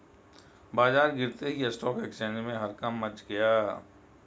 बाजार गिरते ही स्टॉक एक्सचेंज में हड़कंप मच गया